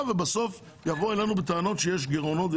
ובסוף יבואו אלינו בטענות שיש גירעונות.